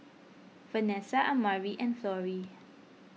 Vanessa Amari and Florie